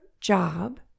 job